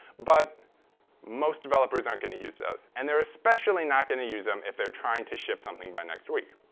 but most developers aren't going to use those. and they're especially not going to use them if they're trying to ship something by next week.